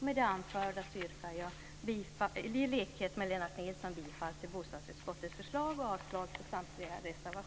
Med det anförda yrkar jag i likhet med Lennart